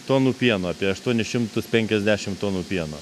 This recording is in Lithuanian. tonų pieno apie aštuonis šimtus penkiasdešimt tonų pieno